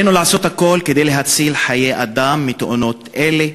עלינו לעשות הכול כדי להציל חיי אדם מתאונות אלה.